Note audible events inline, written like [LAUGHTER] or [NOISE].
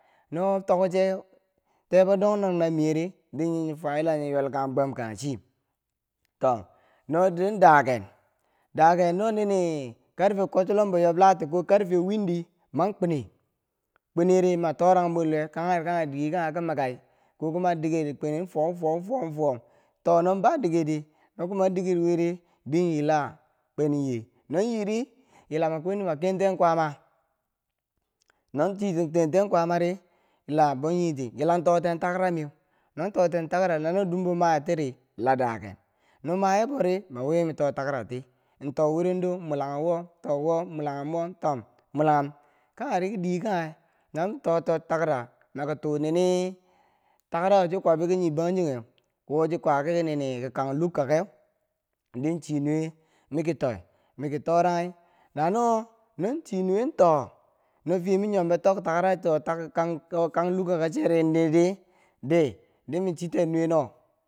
No wo tok che kebo dong dong na miye ri di nyi fuwa yila nyi ywelkanghum gwam kanghe chii. to, no do daken, daken no ni ni karfe kwob chilombo yob lati ko karfe wiin di man kweni, kweni ri ma torang mor luwe kangheri kanghe dikero kanghe ki mikai ko kuma diker kweneri fuwau fuwau fuwau fuwau, to no ba diker di, no kuma diker wiri, di yila kwen yi, non yi ri yila ma kwen ma ken ten kwaama non chiiten ken ten kwaama ri, yila bou yiti yila toten takaramiu, non toten takarau lano dumbo maye tiri la daken. no mayebo ri, ma wiwi ma to takarati nto wurendo, mulanghu wo tou wo mulanghum wo. ntom mulanghum kangheri ki diye kanghe na mi toto takara, maki tuu nini takara wo chi kwabi ki nyi bangjongheu wo chi kwa ki ni ni ki kang Lukak keu din chii nuwe miki toi. miki toranghi, na no min chi nuwe too no fiye ma nyombo tok takarako [HESITATION] cho kang Luka ko cheri nin di, dii di min chii ten nuwe no.